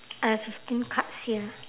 I have a few cards here